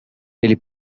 ele